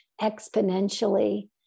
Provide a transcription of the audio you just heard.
exponentially